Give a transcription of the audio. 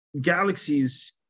galaxies